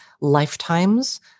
lifetimes